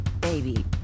baby